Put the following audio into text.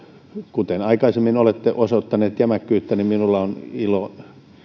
kuten aikaisemmin olette osoittanut jämäkkyyttä minulla on